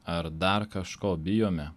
ar dar kažko bijome